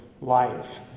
life